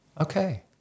Okay